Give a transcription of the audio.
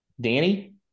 Danny